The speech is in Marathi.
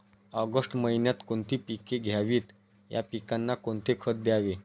ऑगस्ट महिन्यात कोणती पिके घ्यावीत? या पिकांना कोणते खत द्यावे?